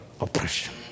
oppression